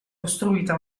costruita